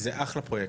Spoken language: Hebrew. זה אחלה פרויקט.